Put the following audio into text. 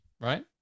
right